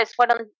fueron